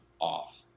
off